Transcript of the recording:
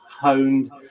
honed